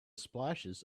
splashes